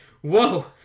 whoa